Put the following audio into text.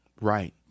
Right